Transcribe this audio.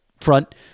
front